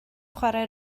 chwarae